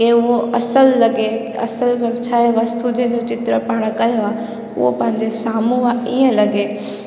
की उहो असल लॻे असल में छा आहे वस्तु जे बि चित्र पाण कयो आहे उहो पंहिंजे साम्हूं ईअं लॻे